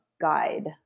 guide